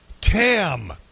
Tam